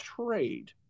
trade